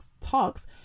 Talks